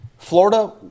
Florida